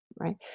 right